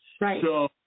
Right